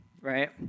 right